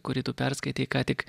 kurį tu perskaitei ką tik